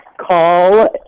Call